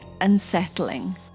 unsettling